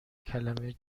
کلمه